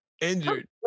Injured